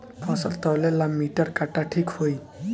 फसल तौले ला मिटर काटा ठिक होही?